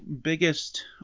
biggest